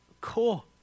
Cool